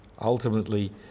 ultimately